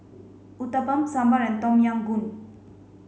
Uthapam Sambar and Tom Yam Goong